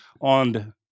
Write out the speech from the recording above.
on